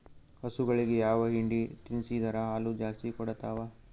ಹಸುಗಳಿಗೆ ಯಾವ ಹಿಂಡಿ ತಿನ್ಸಿದರ ಹಾಲು ಜಾಸ್ತಿ ಕೊಡತಾವಾ?